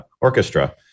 orchestra